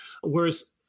Whereas